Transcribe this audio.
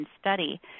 study